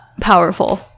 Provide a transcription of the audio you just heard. powerful